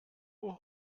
will